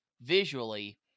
visually